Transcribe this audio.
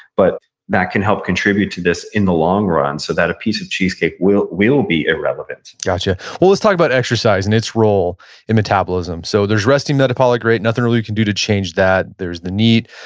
but that can help contribute to this in the long run, so that a piece of cheesecake will will be irrelevant gotcha. well let's talk about exercise, and its role in metabolism. so there's resting metabolic rate, nothing really you can do to change that. there's the neat.